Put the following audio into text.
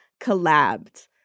collabed